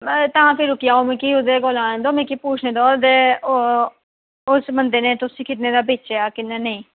तां फिर रुकी जाओ मिकी ओह्दे कोल औन देओ मिकी पुच्छन देओ उस बंदे ने तुसें किन्ने दा बेचेआ किन्ने दा नेईं